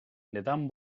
neden